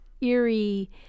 eerie